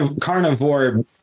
carnivore